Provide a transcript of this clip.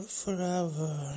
forever